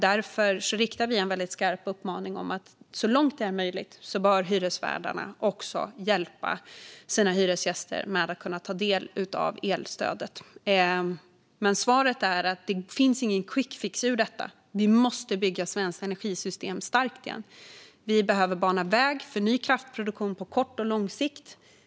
Därför riktar vi en väldigt skarp uppmaning om att hyresvärdarna så långt det är möjligt bör hjälpa sina hyresgäster att kunna ta del av elstödet. Svaret är att det inte finns någon quickfix ur detta. Vi måste bygga det svenska energisystemet starkt igen. Vi behöver bana väg för ny kraftproduktion på kort och lång sikt.